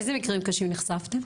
באיזה מקרים קשים נחשפתם?